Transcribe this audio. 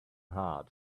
hard